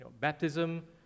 Baptism